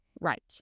right